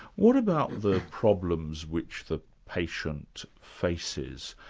what about the problems which the patient faces.